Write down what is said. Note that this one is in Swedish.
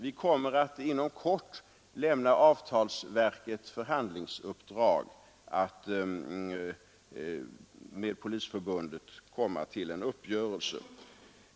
Vi kommer inom kort att lämna avtalsverket förhandlingsuppdrag att be Polisförbundet att komma till en uppgörelse.